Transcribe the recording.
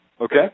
okay